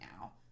now